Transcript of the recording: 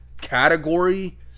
category